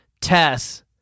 Tess